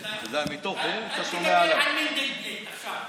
אל תדבר על מנדלבליט עכשיו.